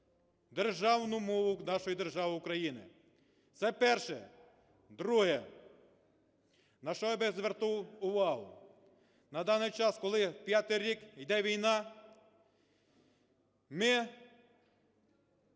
державну мову нашої держави України. Це перше. Друге, на що я би звернув увагу. На даний час, коли п'ятий рік іде війна, ми